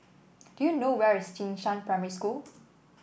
do you know where is Jing Shan Primary School